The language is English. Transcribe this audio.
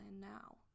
now